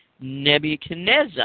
Nebuchadnezzar